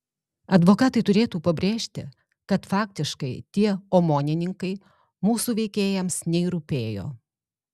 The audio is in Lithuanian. advokatai turėtų pabrėžti kad faktiškai tie omonininkai mūsų veikėjams nei rūpėjo